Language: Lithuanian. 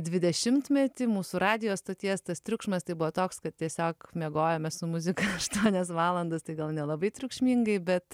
dvidešimtmetį mūsų radijo stoties tas triukšmas tai buvo toks kad tiesiog miegojome su muzika aštuonias valandas tai gal nelabai triukšmingai bet